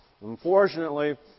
Unfortunately